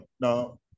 Now